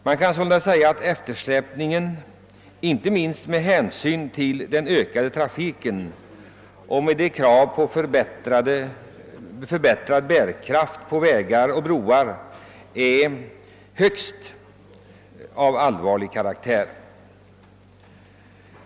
Man kan sålunda säga, att eftersläpningen inte minst med hänsyn till den ökade trafiken och kraven på förbättrad bärkraft hos vägar och broar är av högst allvarlig karaktär.